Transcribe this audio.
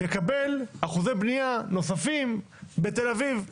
יקבל אחוזי בנייה נוספים בתל אביב,